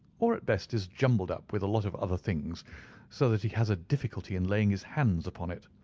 or at best is jumbled up with a lot of other things so that he has a difficulty in laying his hands upon it.